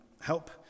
help